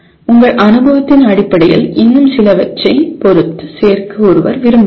உங்கள் அனுபவத்தின் அடிப்படையில் இன்னும் சிலவற்றை பொறுத்து சேர்க்க ஒருவர் விரும்பலாம்